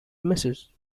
mrs